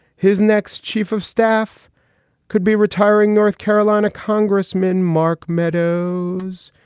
his next chief of staff could be retiring. north carolina congressman mark meadows.